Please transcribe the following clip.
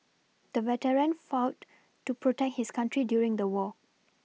the veteran fought to protect his country during the war